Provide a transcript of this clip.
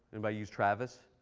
and but use travis?